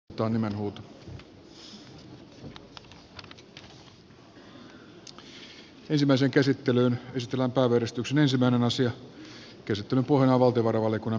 käsittelyn pohjana on valtiovarainvaliokunnan mietintö